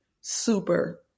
super